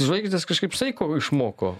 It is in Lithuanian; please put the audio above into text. žvaigždės kažkaip saiko išmoko